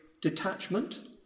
detachment